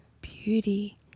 beauty